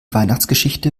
weihnachtsgeschichte